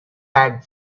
had